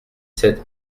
sept